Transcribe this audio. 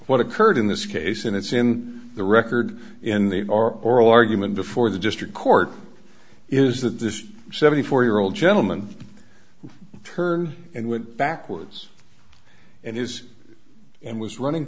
what occurred in this case and it's in the record in the our oral argument before the district court is that this seventy four year old gentleman turned and went backwards and is and was running